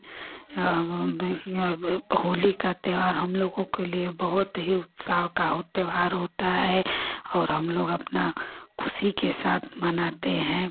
होली का त्योहार हम लोगों के लिए बहोत ही उत्साह का हो त्योहार होता है और हम लोग अपना खुशी के साथ मनाते हैं